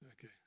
Okay